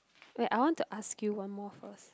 like I want to ask you one more first